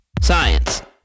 Science